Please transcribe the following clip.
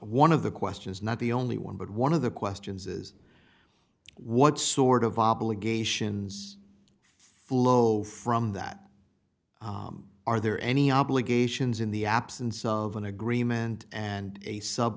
one of the questions not the only one but one of the questions is what sort of obligations flow from that are there any obligations in the absence of an agreement and a sub